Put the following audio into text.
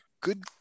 good